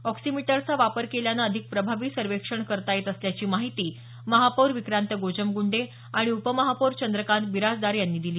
ऑक्सिमीटरचा वापर केल्याने अधिक प्रभावी सर्वेक्षण करता येत असल्याची माहिती महापौर विक्रांत गोजमगुंडे आणि उपमहापौर चंद्रकांत बिराजदार यांनी दिली